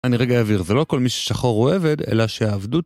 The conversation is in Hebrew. אני רגע אבהיר, זה לא כל מי ששחור הוא עבד , אלא שהעבדות...